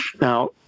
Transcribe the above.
Now